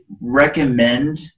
recommend